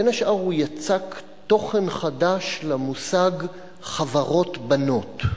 בין השאר, הוא יצק תוכן חדש למושג "חברות בנות".